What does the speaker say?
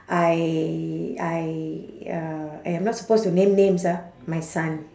I I uh !aiya! I'm not supposed to name names ah my son